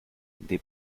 des